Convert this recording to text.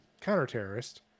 counter-terrorist